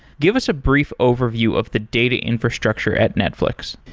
give us a brief overview of the data infrastructure at netflix.